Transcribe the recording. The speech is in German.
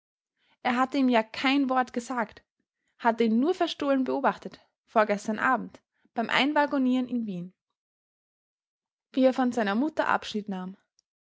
er hatte ihm ja kein wort gesagt hatte ihn nur verstohlen beobachtet vorgestern abend beim einwaggonieren in wien wie er von seiner mutter abschied nahm